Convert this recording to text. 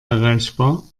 erreichbar